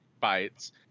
bites